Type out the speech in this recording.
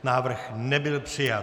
Návrh nebyl přijat.